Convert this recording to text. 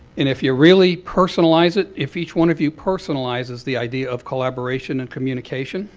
and if you really personalize it, if each one of you personalizes the idea of collaboration and communication,